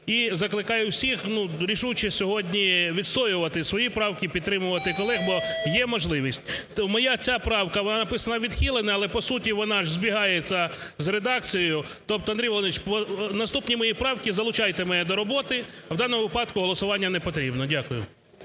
І закликаю всіх, ну, рішуче сьогодні відстоювати і підтримувати колег, бо є можливість. Моя… ця правка, вона, написано, відхилена, але по суті вона ж збігається з редакцією. Тобто, Андрій Володимирович, наступні мої правки, залучайте мене до роботи. А в даному випадку голосування не потрібно. Дякую.